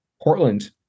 Portland